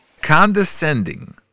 condescending